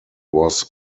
was